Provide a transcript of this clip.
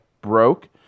broke